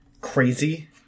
crazy